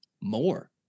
more